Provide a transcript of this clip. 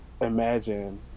imagine